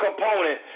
component